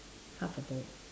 half a bowl